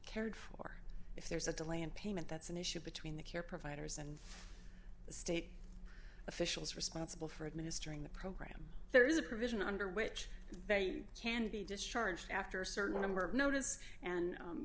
cared for if there's a delay in payment that's an issue between the care providers and the state officials responsible for administering the program there is a provision under which they can be discharged after a certain number of notice and